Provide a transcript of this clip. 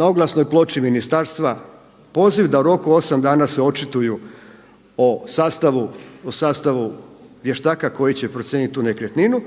na oglasnoj ploči ministarstva poziv da u roku od 8 dana se očituju o sastavu vještaka koji će procijeniti tu nekretninu.